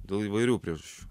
dėl įvairių prižasčių